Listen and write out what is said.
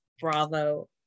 Bravo